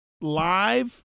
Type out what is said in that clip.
live